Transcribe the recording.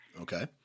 Okay